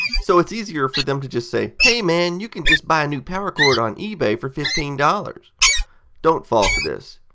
so it is easier for them to just say hey man, you can just buy a new power cord on ebay for fifteen. don't fall for this.